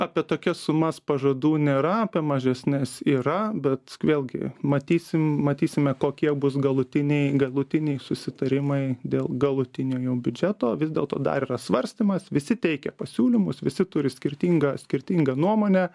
apie tokias sumas pažadų nėra apie mažesnes yra bet vėlgi matysim matysime kokie bus galutiniai galutiniai susitarimai dėl galutinio jau biudžeto vis dėlto dar yra svarstymas visi teikia pasiūlymus visi turi skirtingą skirtingą nuomonę